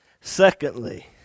Secondly